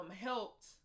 helped